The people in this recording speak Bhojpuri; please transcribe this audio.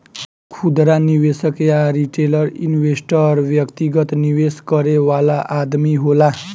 खुदरा निवेशक या रिटेल इन्वेस्टर व्यक्तिगत निवेश करे वाला आदमी होला